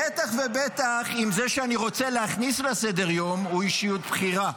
בטח ובטח אם זה שאני רוצה להכניס לסדר-יום הוא אישיות בכירה,